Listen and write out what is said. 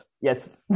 yes